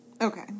Okay